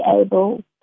able